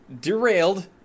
Derailed